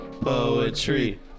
poetry